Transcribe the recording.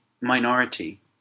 minority